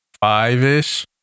five-ish